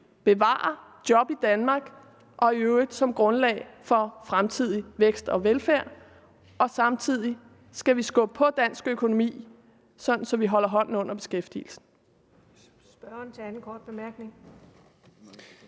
bevare job i Danmark og i øvrigt som grundlag for fremtidig vækst og velfærd, og samtidig skal vi skubbe på dansk økonomi, sådan at vi holder hånden under beskæftigelsen.